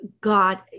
God